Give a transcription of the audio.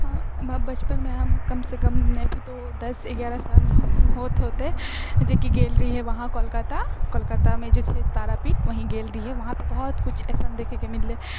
बचपनमे हम कम सँ कम नै भी तो दस एगारह साल होत होतै जेकि गेल रहियै वहाँ कोलकाता कोलकातामे जे छै तारापीठ वही गेल रहियै वहाँपर बहुत कुछ अइसन देखैके मिललै